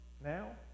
now